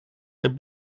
het